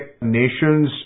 nations